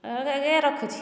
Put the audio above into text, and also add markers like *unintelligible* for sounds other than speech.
*unintelligible* ଆଜ୍ଞା ରଖୁଛି